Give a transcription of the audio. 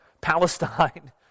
Palestine